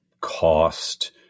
cost